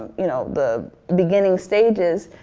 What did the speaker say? you know, the beginning stages.